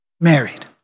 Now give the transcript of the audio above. married